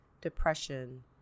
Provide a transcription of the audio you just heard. depression